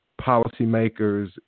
policymakers